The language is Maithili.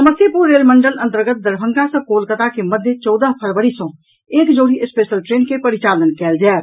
समस्तीपुर रेल मंडल अन्तर्गत दरभंगा सँ कोलकाता के मध्य चौदह फरवरी सँ एक जोड़ी स्पेशल ट्रेन के परिचालन कयल जायत